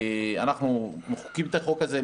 שאנחנו מקדמים את החוק כדי